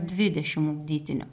dvidešim ugdytinių